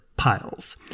piles